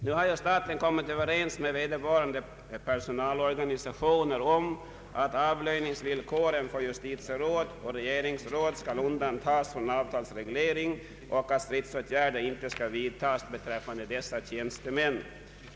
Nu har ju staten kommit överens med vederbörande personalorganisationer om att avlöningsvillkoren för justitieråd och regeringsråd skall undantas från avtalsreglering och att stridsåtgärder inte skall vidtas beträffande dessa tjänstemän.